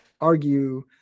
argue